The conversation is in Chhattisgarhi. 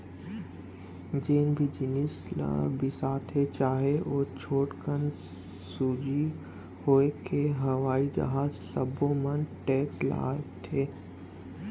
जेन भी जिनिस ल बिसाथे चाहे ओ छोटकन सूजी होए के हवई जहाज सब्बो म टेक्स लागथे